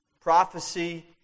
Prophecy